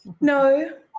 No